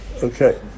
Okay